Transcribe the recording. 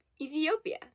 Ethiopia